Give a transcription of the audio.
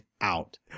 out